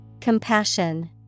Compassion